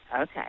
okay